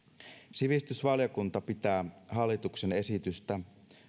sivistysvaliokunta pitää hallituksen esitystä